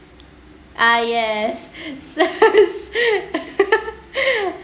err yes